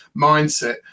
mindset